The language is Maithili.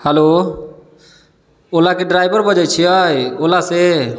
हेलो ओलाके ड्राइवर बजैत छियै ओला से